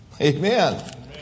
Amen